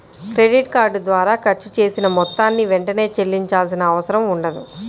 credit card ద్వారా ఖర్చు చేసిన మొత్తాన్ని వెంటనే చెల్లించాల్సిన అవసరం ఉండదు